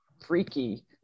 freaky